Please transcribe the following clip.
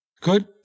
Good